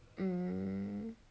mm